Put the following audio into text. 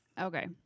Okay